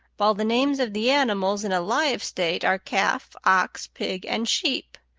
while the names of the animals in a live state are calf, ox, pig, and sheep,